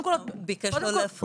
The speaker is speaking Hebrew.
לא להגיד את זה,